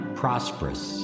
prosperous